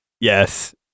Yes